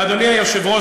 אדוני היושב-ראש,